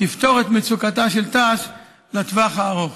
תפתור את מצוקתה של תע"ש לטווח הארוך.